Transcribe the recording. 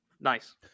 nice